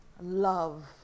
love